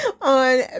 on